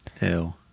Ew